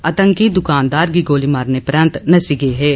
आतंकी दुकानदार गी गोली मारने परैन्त नस्सी गये हे